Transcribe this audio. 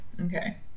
Okay